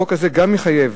החוק הזה גם מחייב,